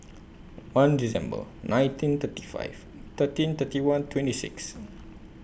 one December nineteen thirty five thirteen thirty one twenty six